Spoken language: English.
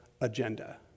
agenda